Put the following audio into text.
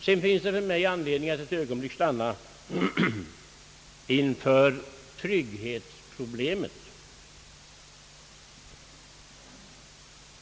Sedan finns det för mig anledning att eit ögonblick stanna inför trygghetsproblemet.